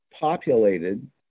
populated